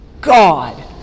God